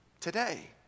today